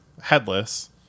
headless